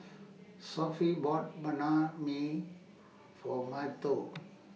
Sophie bought Banh MI For Mateo